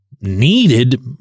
needed